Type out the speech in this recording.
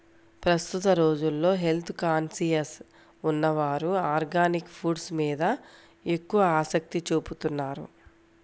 ప్రస్తుత రోజుల్లో health conscious ఉన్నవారు ఆర్గానిక్ ఫుడ్స్ మీద ఎక్కువ ఆసక్తి చూపుతున్నారు